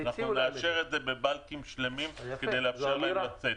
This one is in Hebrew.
נאפשר את זה בבלקים שלמים כדי לאפשר להם לצאת.